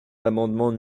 l’amendement